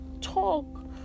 talk